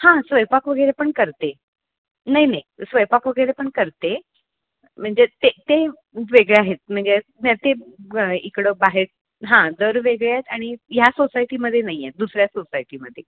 हां स्वयंपाक वगैरे पण करते नाही नाही स्वयंपाक वगैरे पण करते म्हणजे ते ते वेगळे आहेत म्हणजे ते इकडं बाहेर हां दर वेगळे आहेत आणि ह्या सोसायटीमध्ये नाही आहे दुसऱ्या सोसायटीमध्ये